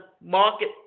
market